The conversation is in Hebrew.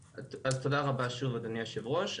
תודה רבה שוב אדוני היושב ראש,